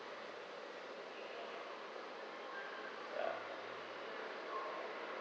ya